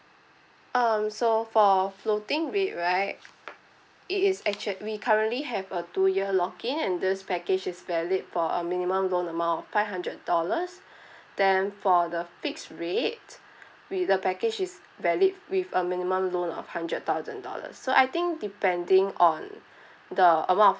um so for floating rate right it is actua~ we currently have a two year lock in and this package is valid for a minimum loan amount of five hundred dollars then for the fixed rate with the package is valid with a minimum loan of hundred thousand dollars so I think depending on the amount of